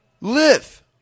Live